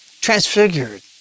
transfigured